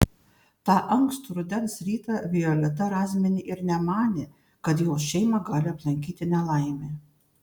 tą ankstų rudens rytą violeta razmienė ir nemanė kad jos šeimą gali aplankyti nelaimė